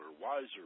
wiser